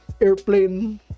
airplane